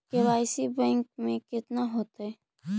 KYC bank में कैसे होतै?